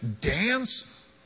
dance